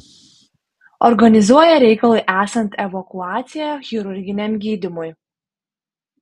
organizuoja reikalui esant evakuaciją chirurginiam gydymui